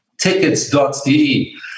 Tickets.de